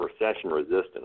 recession-resistant